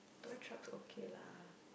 doll trucks okay lah